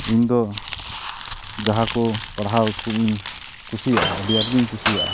ᱤᱧᱫᱚ ᱡᱟᱦᱟᱸ ᱠᱚ ᱯᱟᱲᱦᱟᱣ ᱠᱚᱜᱮᱧ ᱠᱩᱥᱤᱭᱟᱜᱼᱟ ᱟᱹᱰᱤ ᱟᱸᱴ ᱜᱤᱧ ᱠᱩᱥᱤᱭᱟᱜᱼᱟ